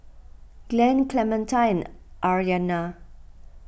Glen Clementine and Aryana